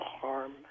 harm